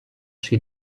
she